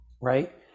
Right